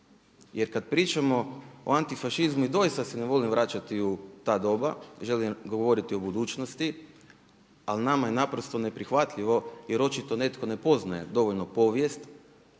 Jer kad pričamo o antifašizmu i doista se ne volim vraćati u ta doba, želim govoriti o budućnosti ali nama je naprosto neprihvatljivo jer očito netko ne poznaje dovoljno povijest,